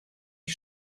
die